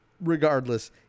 regardless